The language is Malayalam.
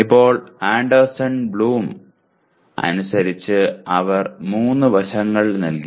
ഇപ്പോൾ ആൻഡേഴ്സൺ ബ്ലൂം അനുസരിച്ച് അവർ 3 വശങ്ങൾ നൽകി